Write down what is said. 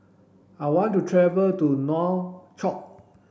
I want to travel to Nouakchott